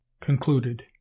concluded